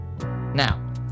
Now